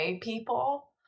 people